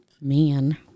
man